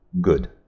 good